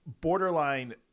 borderline